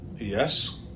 Yes